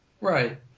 Right